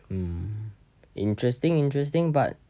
mm interesting interesting but